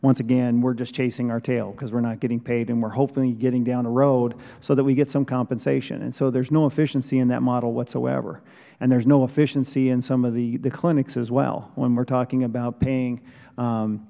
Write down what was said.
once again we're just chasing our tail because we're not getting paid and we're hopefully getting down the road so that we get some compensation and so there's no efficiency in that model whatsoever and there's no efficiency in some of the clinics as well when we're talking about paying